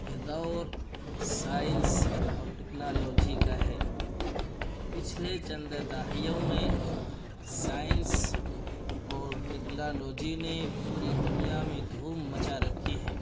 یہ دور سائنس اور ٹیکنالوجی کا ہے پچھلے چند دہائیوں میں سائنس اور ٹیکلانوجی نے پوری دنیا میں دھوم مچا رکھی ہے